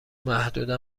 محدوده